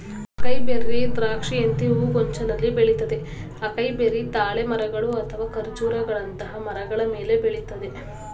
acai berry ದ್ರಾಕ್ಷಿಯಂತೆ ಹೂಗೊಂಚಲಲ್ಲಿ ಬೆಳಿತದೆ ಅಕೈಬೆರಿ ತಾಳೆ ಮರಗಳು ಅಥವಾ ಖರ್ಜೂರಗಳಂತಹ ಮರಗಳ ಮೇಲೆ ಬೆಳಿತದೆ